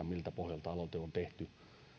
miltä pohjalta aloite on tehty